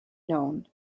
known